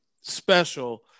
special